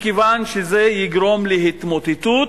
מכיוון שזה יגרום להתמוטטות,